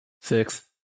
Six